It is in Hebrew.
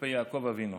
כלפי יעקב אבינו.